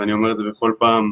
ואני אומר את זה בכל פעם,